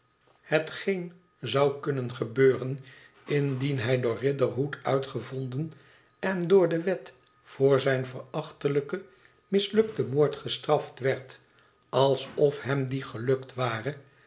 hetgeen zou kunnen gebeuren indien hij door riderhood uitgevonden en door de wet voor zijn verachtelijken mislukten moord gestraft werd alsof hem die gelukt ware